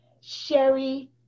Sherry